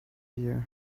you